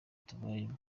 tubayemo